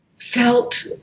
felt